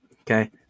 Okay